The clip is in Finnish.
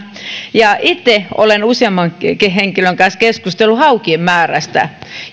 itse olen useammankin henkilön kanssa keskustellut haukien määrästä